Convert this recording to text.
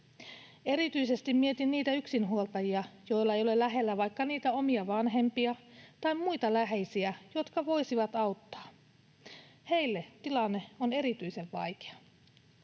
Erityisesti mietin niitä yksinhuoltajia, joilla ei ole lähellä vaikka niitä omia vanhempia tai muita läheisiä, jotka voisivat auttaa. Heille tilanne on erityisen vaikea.